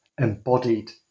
embodied